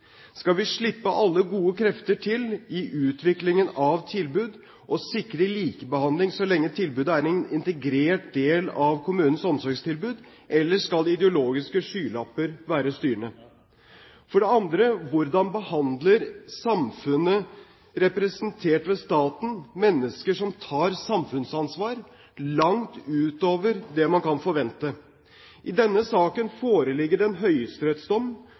Skal vi slippe alle gode krefter til i utviklingen av tilbud, og sikre likebehandling så lenge tilbudet er en integrert del av kommunens omsorgstilbud, eller skal de ideologiske skylapper være styrende? For det andre: Hvordan behandler samfunnet, representert ved staten, mennesker som tar samfunnsansvar langt utover det man kan forvente? I denne saken foreligger det en høyesterettsdom,